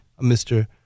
Mr